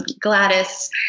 Gladys